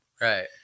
Right